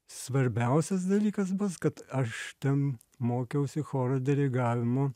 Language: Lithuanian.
svarbiausias dalykas bus kad aš ten mokiausi choro dirigavimo